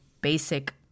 Basic